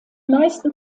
meisten